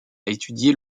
étudier